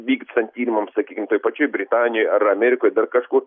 vykstant tyrimams sakykim toj pačioj britanijoj ar amerikoj ar dar kažkur